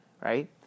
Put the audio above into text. right